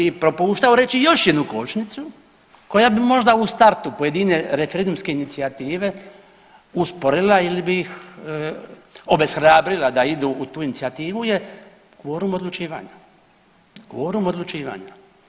I propuštao reći još jednu kočnicu koja bi možda u startu pojedine referendumske inicijative usporila ili bi ih obeshrabila da idu u tu inicijativu je kvorum odlučivanja, kvorum odlučivanja.